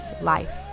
life